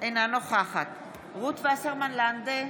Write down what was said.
אינה נוכחת רות וסרמן לנדה,